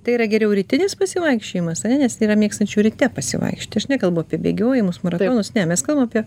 tai yra geriau rytinis pasivaikščiojimas ane nes yra mėgstančių ryte pasivaikščiot aš nekalbu apie bėgiojimus maratonus ne mes kalbam apie